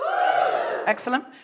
Excellent